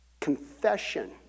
Confession